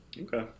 Okay